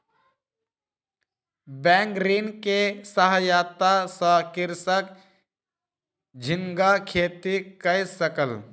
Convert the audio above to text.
bank ऋण के सहायता सॅ कृषक झींगा खेती कय सकल